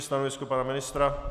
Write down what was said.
Stanovisko pana ministra?